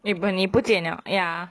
eh but 你不见了 ya